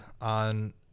on